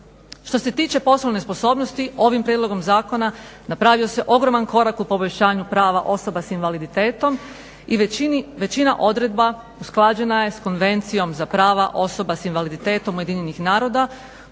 Što se tiče poslovne sposobnosti ovim prijedlogom zakona napravio se ogroman korak u poboljšanju prava osoba s invaliditetom i većina odredba usklađena je s Konvencijom za prava osoba s invaliditetom UN-a koja